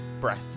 breath